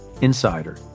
insider